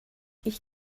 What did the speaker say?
ich